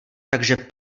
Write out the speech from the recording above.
takže